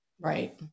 Right